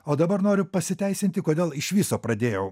o dabar noriu pasiteisinti kodėl iš viso pradėjau